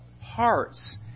hearts